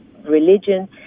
religion